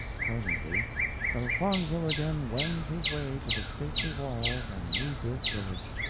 presently elfonzo again wends his way to the stately walls and new-built village.